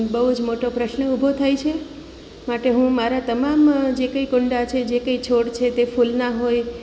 બહુ જ મોટો પ્રશ્ન ઊભો થાય છે માટે હું મારા તમામ જે કંઈ કુંડા છે જે કંઈ છોડ છે તે ફૂલના હોય